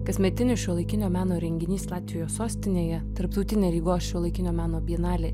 kasmetinis šiuolaikinio meno renginys latvijos sostinėje tarptautinė rygos šiuolaikinio meno bienalė